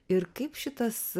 ir kaip šitas